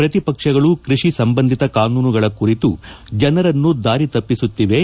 ಪ್ರತಿಪಕ್ಷಗಳು ಕೃಷಿ ಸಂಬಂಧಿತ ಕಾನೂನುಗಳ ಕುರಿತು ಜನರನ್ನು ದಾರಿ ತಪ್ಪಿಸುತ್ತಿವೆ